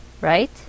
right